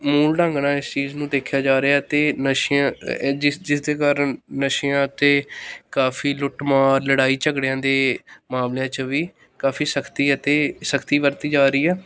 ਮੂਲ ਢੰਗ ਨਾਲ ਇਸ ਚੀਜ਼ ਨੂੰ ਦੇਖਿਆ ਜਾ ਰਿਹਾ ਅਤੇ ਨਸ਼ਿਆਂ ਜਿਸ ਜਿਸਦੇ ਕਾਰਨ ਨਸ਼ਿਆਂ ਅਤੇ ਕਾਫੀ ਲੁੱਟਮਾਰ ਲੜਾਈ ਝਗੜਿਆਂ ਦੇ ਮਾਮਲਿਆਂ 'ਚ ਵੀ ਕਾਫੀ ਸਖਤੀ ਅਤੇ ਸਖਤੀ ਵਰਤੀ ਜਾ ਰਹੀ ਆ